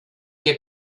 que